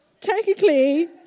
Technically